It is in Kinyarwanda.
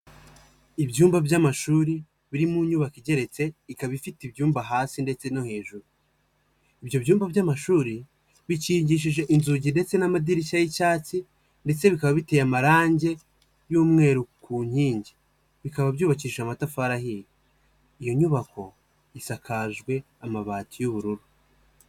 Ibyumba by'amashuri biri mu nyubako igeretse ikaba ifite ibyumba hasi ndetse no hejuru, ibyo byumba by'amashuri bikikishije inzugi ndetse n'amadirishya y'icyatsi ndetse bikaba biteye amarange y'umweru ku nkingi. Bikaba byubakishije amatafari ahiye, iyo nyubako isakajwe amabati y'ubururu.